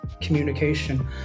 communication